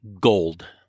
gold